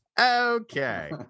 Okay